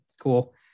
cool